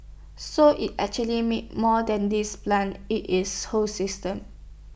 so it's actually make more than these plans IT is whole system